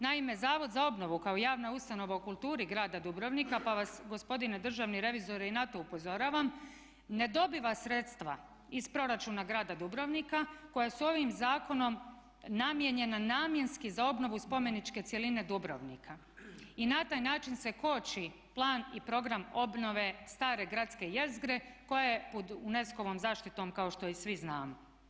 Naime, Zavod za obnovu kao javna ustanova u kulturi Grada Dubrovnika pa vas gospodine državni revizore i na to upozoravam, ne dobiva sredstva iz proračuna Grada Dubrovnika koja su ovim zakonom namijenjena namjenski za obnovu spomeničke cjeline Dubrovnika i na taj način se koči plan i program obnove stare gradske jezgre koje ja pod UNESCO-vom zaštitom kao što i svi znamo.